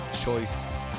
Choice